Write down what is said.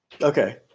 Okay